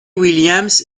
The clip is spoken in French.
williams